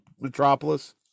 Metropolis